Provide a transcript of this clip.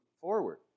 forward